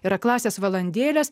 ir klasės valandėlės